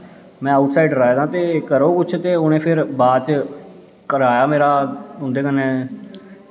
में outsider आए दा ते करो कुछ ते उ'नें फिर बाद च कराया मेरा उं'दे कन्नै